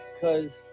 Cause